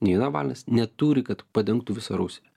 nei navalnas neturi kad padengtų visą rusiją